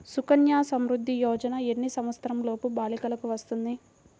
సుకన్య సంవృధ్ది యోజన ఎన్ని సంవత్సరంలోపు బాలికలకు వస్తుంది?